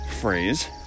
Phrase